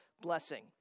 blessing